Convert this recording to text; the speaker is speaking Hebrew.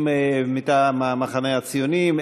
מטעם המחנה הציוני,